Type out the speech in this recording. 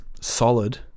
solid